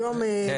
אה, אוקיי.